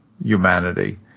humanity